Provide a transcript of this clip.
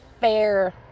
fair